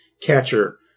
catcher